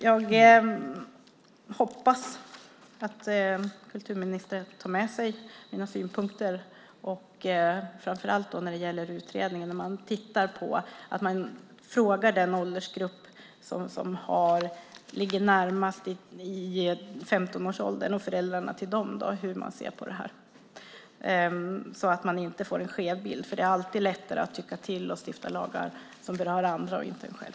Jag hoppas att kulturministern tar med sig mina synpunkter, framför allt när det gäller utredningen och att man tittar på detta med att fråga den åldersgrupp som ligger närmast 15-årsåldern och föräldrarna till dessa unga om hur de ser på detta just för att inte få en skev bild. Det är alltid lättare att tycka till och att stifta lagar som berör andra, inte en själv.